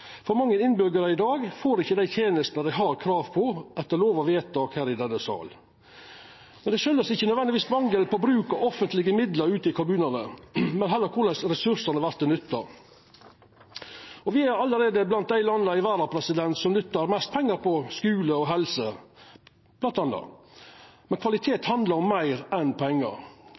for kommunesamanslåing. For mange innbyggjarar i dag får ikkje dei tenestene dei har krav på, etter lov og vedtak her i denne salen. Det kjem ikkje nødvendigvis av mangel på bruk av offentlege midlar ute i kommunane, men heller av korleis ressursane vert nytta. Me er allereie blant dei landa i verda som nyttar mest pengar på skule og helse, bl.a. Men kvalitet handlar om meir enn pengar.